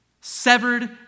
Severed